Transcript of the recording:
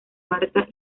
marta